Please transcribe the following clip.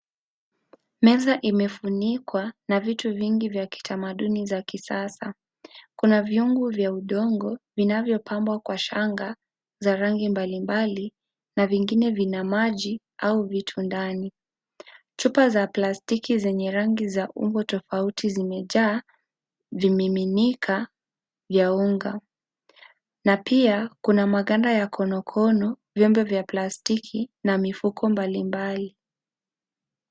Meza imefunikwa na vitu vingi vya kitamaduni za kisasa. Kuna vyungu vya udongo vinavyopambwa kwa shanga za rangi mbalimbali na vingine vina maji au vitu ndani. Chupa za plastiki zenye rangi za umbo tofauti zimejaa vimiminika ya unga. Na pia kuna maganda ya konokono ,vyombo vya plastiki na mifuko mbalimbali.